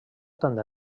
tant